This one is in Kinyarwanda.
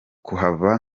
kuhava